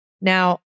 Now